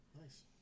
Nice